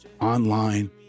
online